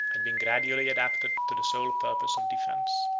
had been gradually adapted to the sole purpose of defence.